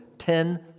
Ten